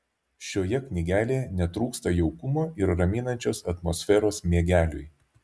šioje knygelėje netrūksta jaukumo ir raminančios atmosferos miegeliui